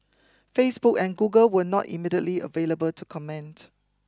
Facebook and Google were not immediately available to comment